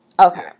Okay